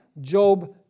Job